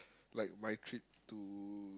like my trip to